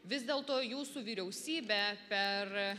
vis dėlto jūsų vyriausybė per